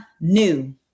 new